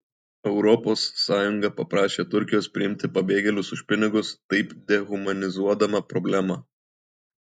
europos sąjunga paprašė turkijos priimti pabėgėlius už pinigus taip dehumanizuodama problemą